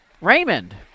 Raymond